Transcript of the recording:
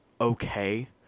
okay